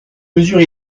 mesure